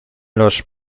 los